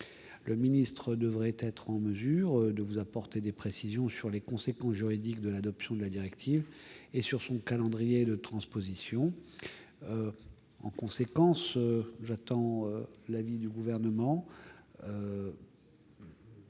Le ministre devrait être en mesure d'apporter des précisions sur les conséquences juridiques de l'adoption de la directive et sur son calendrier de transposition. En conséquence, la commission souhaite